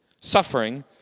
Suffering